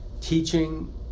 teaching